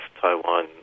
Taiwan